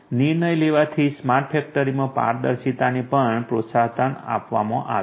નિર્ણય લેવાથી સ્માર્ટ ફેક્ટરીમાં પારદર્શિતાને પણ પ્રોત્સાહન આપવામાં આવે છે